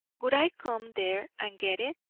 would i come there and get it?